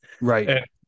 Right